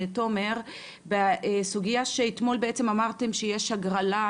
תומר בסוגייה שבעצם אמרתם אתמול שיש הגרלה,